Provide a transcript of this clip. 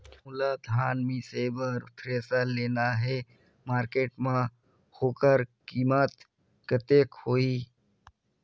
मोला धान मिसे बर थ्रेसर लेना हे मार्केट मां होकर कीमत कतेक होही?